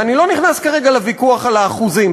ואני לא נכנס כרגע לוויכוח על האחוזים,